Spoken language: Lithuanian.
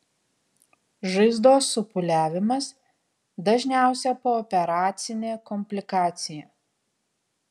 žaizdos supūliavimas dažniausia pooperacinė komplikacija